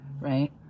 Right